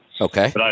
Okay